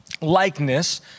likeness